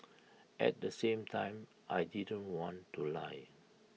at the same time I didn't want to lie